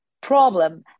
problem